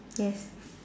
yes